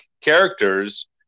characters